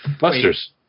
Busters